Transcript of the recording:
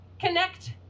connect